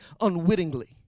unwittingly